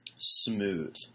smooth